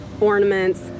ornaments